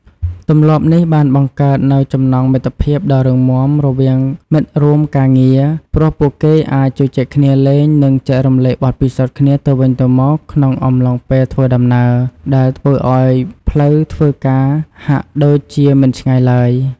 ទម្លាប់នេះបានបង្កើតនូវចំណងមិត្តភាពដ៏រឹងមាំរវាងមិត្តរួមការងារ ព្រោះពួកគេអាចជជែកគ្នាលេងនិងចែករំលែកបទពិសោធន៍គ្នាទៅវិញទៅមកក្នុងអំឡុងពេលធ្វើដំណើរ ដែលធ្វើឱ្យផ្លូវធ្វើការហាក់ដូចជាមិនឆ្ងាយឡើយ។